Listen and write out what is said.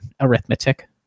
arithmetic